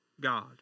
God